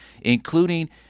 including